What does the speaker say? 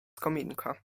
kominka